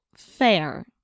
Fair